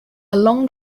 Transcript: long